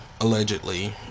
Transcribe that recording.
allegedly